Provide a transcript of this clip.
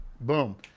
Boom